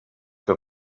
que